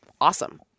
awesome